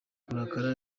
kurakara